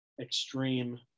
extreme